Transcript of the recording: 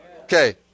Okay